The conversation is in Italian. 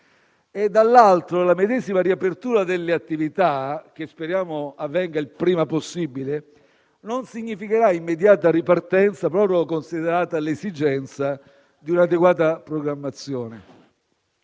dall'altro, la medesima riapertura delle attività, che speriamo avvenga il prima possibile, non significherà immediata ripartenza proprio considerata l'esigenza di una adeguata programmazione.